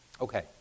Okay